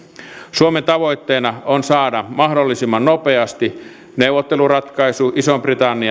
suomen tavoitteena on saada mahdollisimman nopeasti neuvotteluratkaisu ison britannian